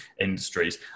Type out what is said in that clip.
industries